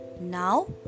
Now